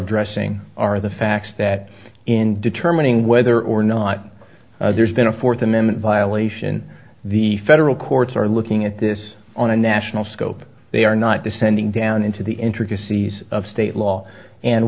addressing are the facts that in determining whether or not there's been a fourth amendment violation the federal courts are looking at this on a national scope they are not descending down into the intricacies of state law and